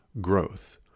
growth